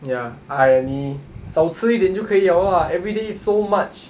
ya !aiya! 你少吃一点就可以 liao lah everyday eat so much